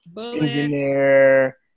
engineer